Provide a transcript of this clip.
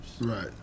Right